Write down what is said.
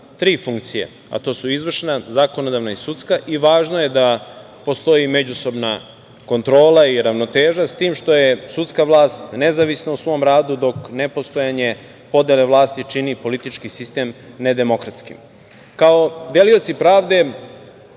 tri funkcije. To su izvršna, zakonodavna i sudska. Važno je da postoji međusobna kontrola i ravnoteža, s tim što je sudska vlast nezavisna u svom radu, dok nepostojanje podele vlasti čini politički sistem nedemokratskim. Kao delioci pravde,